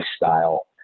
lifestyle